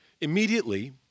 Immediately